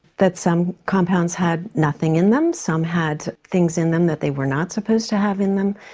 that some compounds had nothing in them, some had things in them that they were not supposed to have in them,